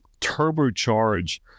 turbocharge